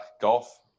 Golf